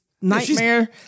nightmare